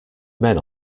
men